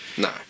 No